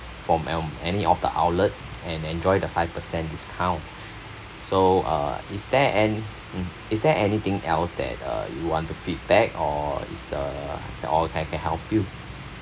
from um any of the outlet and enjoy the five percent discount so uh is there an~ hmm is there anything else that uh you want to feedback or is the all that I can help you